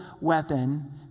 weapon